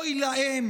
אוי להם